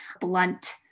blunt